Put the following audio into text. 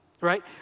Right